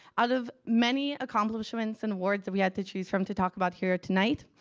out of many accomplishments and awards that we had to choose from to talk about here tonight,